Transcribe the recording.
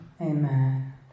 Amen